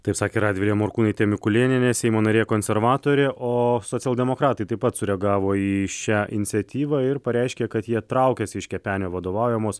taip sakė radvilė morkūnaitė mikulėnienė seimo narė konservatorė o socialdemokratai taip pat sureagavo į šią iniciatyvą ir pareiškė kad jie traukiasi iš kepenio vadovaujamos